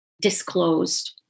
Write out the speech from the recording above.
disclosed